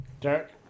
Derek